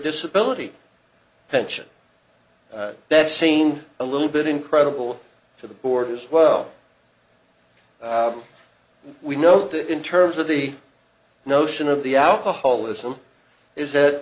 disability pension that seemed a little bit incredible to the board as well we note that in terms of the notion of the alcoholism is that